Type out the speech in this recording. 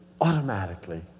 automatically